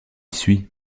suis